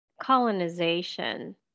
colonization